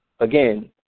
Again